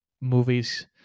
movies